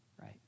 right